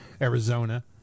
Arizona